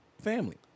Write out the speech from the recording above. family